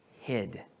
hid